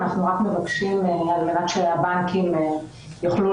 אנחנו רק מבקשים שעל מנת שהבנקים יוכלו